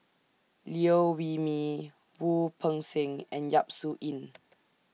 Liew Wee Mee Wu Peng Seng and Yap Su Yin